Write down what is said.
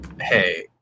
Hey